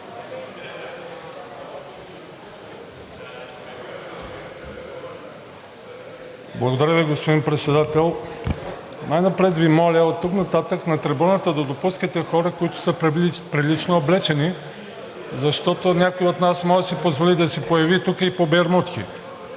Благодаря Ви, господин Председател. Най-напред Ви моля оттук нататък на трибуната да допускате хора, които са прилично облечени, защото някой от нас може да си позволи да се появи тук и по бермудки.